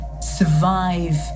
survive